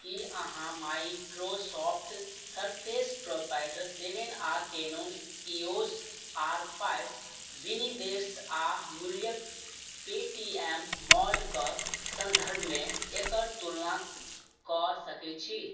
की अहाँ Microsoft Surface प्रोटाइटस seven आओर कैनन इयोस आर फाइव विनिर्देश आओर मूल्यके पेटीएम मॉलके सन्दर्भमे एकर तुलना कऽ सकय छी